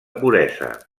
puresa